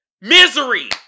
Misery